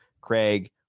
craig